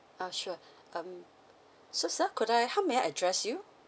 uh sure um so sir could I how may I address you